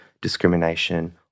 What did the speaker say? discrimination